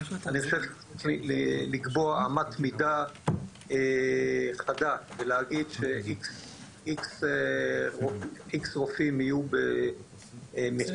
אני חושב שצריך לקבוע אמת מידה חדה ולהגיש ש-X רופאים יהיו מחוץ